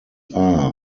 are